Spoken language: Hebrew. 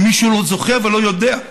אם מישהו לא זוכר ולא יודע.